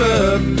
up